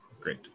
Great